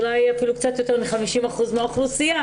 אולי אפילו קצת יותר מ-50% מהאוכלוסייה,